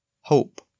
HOPE